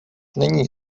není